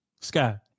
Sky